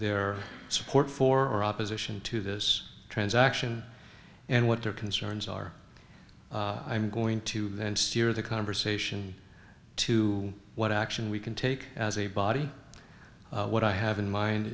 their support for opposition to this transaction and what their concerns are i'm going to then steer the conversation to what action we can take as a body what i have in mind